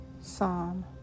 Psalm